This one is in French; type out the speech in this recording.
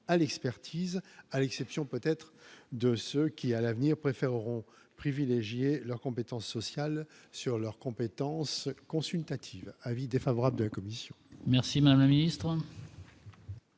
à l'expertise, à l'exception peut-être de ce qui, à l'avenir, préféreront leurs compétences sociales sur leur compétence consultative avis défavorable de la commission. Merci Marie. Monsieur